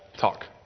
talk